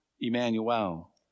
Emmanuel